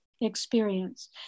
experience